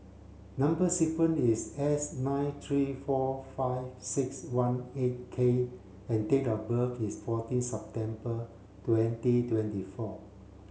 number sequence is S nine three four five six one eight K and date of birth is fourteen September twenty twenty four